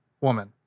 woman